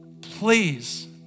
please